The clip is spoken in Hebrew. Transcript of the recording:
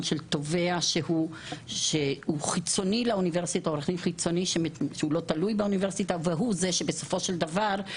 של תובע חיצוני לאוניברסיטה ולא תלוי באוניברסיטה ולו יש